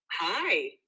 Hi